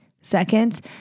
seconds